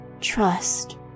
Trust